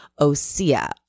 Osea